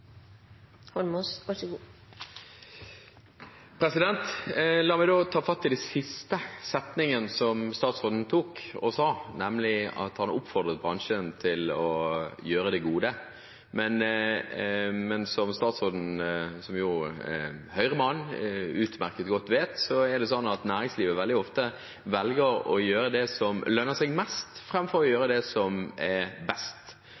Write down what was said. statsråden, nemlig der han oppfordret bransjen til å gjøre det gode, men som statsråden, som jo er Høyre-mann, utmerket godt vet, er det slik at næringslivet veldig ofte velger å gjøre det som lønner seg mest, framfor å gjøre det som er best.